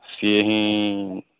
ସିଏ ହିଁ